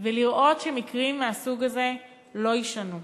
ולראות שמקרים מהסוג הזה לא יישנו.